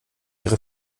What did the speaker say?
ihre